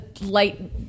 light